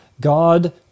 God